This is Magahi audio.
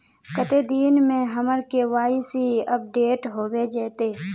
कते दिन में हमर के.वाई.सी अपडेट होबे जयते?